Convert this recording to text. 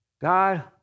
God